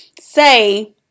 say